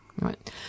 Right